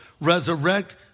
resurrect